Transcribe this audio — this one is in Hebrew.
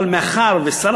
כרגע זו הצעה